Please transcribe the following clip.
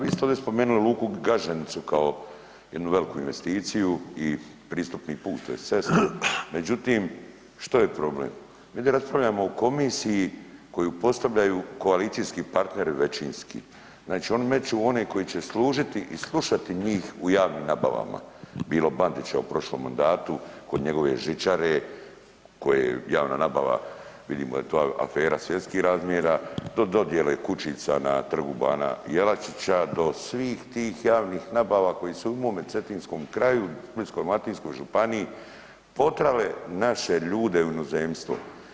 Vi ste ovdje spomenuli Luku Gaženicu kao jednu veliku investiciju i pristupni put tj. cestu, međutim što je problem, mi ovdje raspravljamo o komisiji koju postavljaju koalicijski partneri većinski, znači oni meću one koji će služiti i slušati njih u javnim nabavama, bilo Bandića u prošlom mandatu kod njegove žičare koje javna nabava vidimo to je afera svjetskih razmjera do dodjela kućica na Trgu bana Jelačića, do svih tih javnih nabava koji su mome cetinskom kraju i Splitsko-dalmatinskoj županiji potrale naše ljude u inozemstvo.